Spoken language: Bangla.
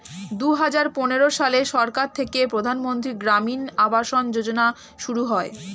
দুহাজার পনেরো সালে সরকার থেকে প্রধানমন্ত্রী গ্রামীণ আবাস যোজনা শুরু হয়